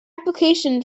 application